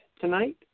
tonight